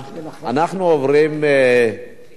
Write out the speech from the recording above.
אנחנו עוברים לשאילתות.